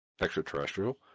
extraterrestrial